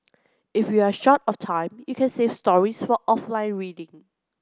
if you are short of time you can save stories for offline reading